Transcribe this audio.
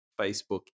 facebook